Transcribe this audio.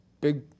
big